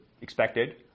expected